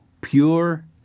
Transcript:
pure